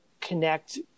connect